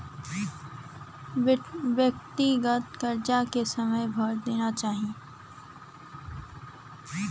व्यक्तिगत करजा के समय से भर देना चाही